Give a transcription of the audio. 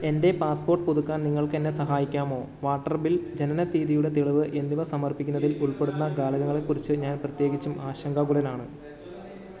എൻ്റെ പാസ്പോർട്ട് പുതുക്കാൻ നിങ്ങൾക്ക് എന്നെ സഹായിക്കാമോ വാട്ടർ ബിൽ ജനനത്തീയതിയുടെ തെളിവ് എന്നിവ സമർപ്പിക്കുന്നതിൽ ഉൾപ്പെടുന്ന ഘടകങ്ങളെക്കുറിച്ച് ഞാൻ പ്രത്യേകിച്ചും ആശങ്കാകുലനാണ്